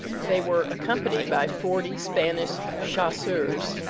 they were accompanied by forty spanish chasseurs,